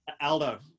Aldo